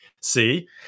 see